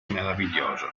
meraviglioso